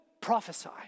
prophesy